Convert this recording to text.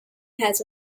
has